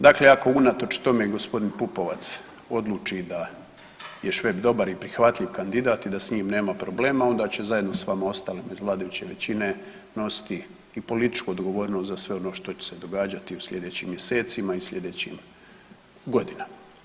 Dakle, ako unatoč tome g. Pupovac odluči da je Šveb dobar i prihvatljiv kandidat i da s njim nema problema onda će zajedno s vama ostalima iz vladajuće većine nositi i političku odgovornost za sve ono što će se događati u slijedećim mjesecima i slijedećim godinama.